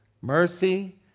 mercy